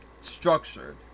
structured